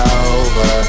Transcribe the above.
over